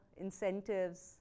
Incentives